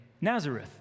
Nazareth